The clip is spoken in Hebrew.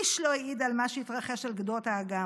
איש לא העיד על מה שהתרחש על גדות האגם.